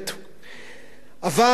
אבל בעיני,